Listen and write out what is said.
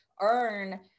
earn